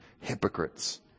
hypocrites